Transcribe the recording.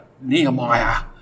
nehemiah